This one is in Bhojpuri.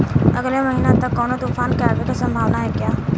अगले महीना तक कौनो तूफान के आवे के संभावाना है क्या?